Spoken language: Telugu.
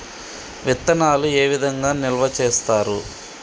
విత్తనాలు ఏ విధంగా నిల్వ చేస్తారు?